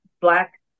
Black